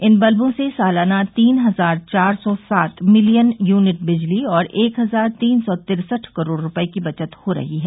इन बल्बों से सालाना तीन हजार चार सौ सात मिलियन यूनिट बिजली और एक हजार तीन सौ तिरसठ करोड़ रूपये की बचत हो रही है